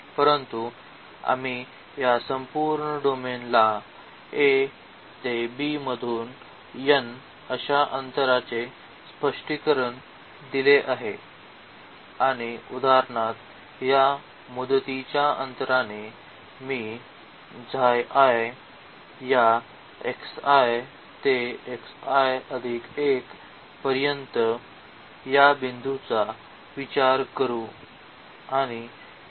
परंतु आम्ही या संपूर्ण डोमेन ला a टू b मधून n अशा अंतराचे स्पष्टीकरण दिले आहे आणि उदाहरणार्थ या मुदतीच्या अंतराने मी या to पर्यंत या बिंदूचा विचार करू